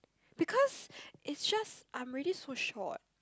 because it's just I'm already so short